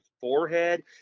forehead